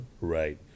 Right